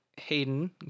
Hayden